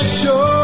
show